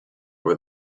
were